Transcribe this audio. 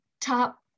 top